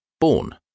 Born